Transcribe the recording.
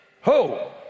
Ho